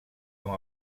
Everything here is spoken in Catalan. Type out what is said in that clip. amb